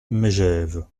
megève